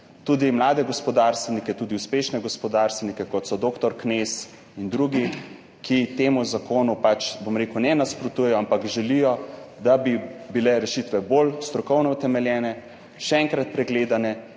tudi mlade gospodarstvenike, uspešne gospodarstvenike, kot so dr. Knez in drugi, ki temu zakonu sicer ne nasprotujejo, ampak želijo, da bi bile rešitve bolj strokovno utemeljene, še enkrat pregledane